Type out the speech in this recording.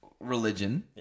Religion